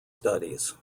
studies